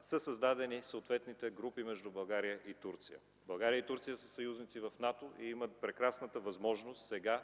са създадени съответните групи между България и Турция. България и Турция са съюзници в НАТО и имат прекрасната възможност сега,